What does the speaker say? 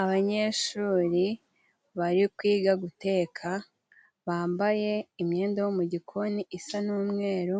Abanyeshuri bari kwiga guteka bambaye imyenda yo mu gikoni isa n'umweru